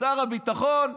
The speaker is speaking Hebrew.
שר הביטחון,